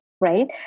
right